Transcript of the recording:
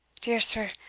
dear sir,